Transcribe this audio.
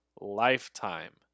lifetime